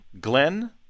Glenn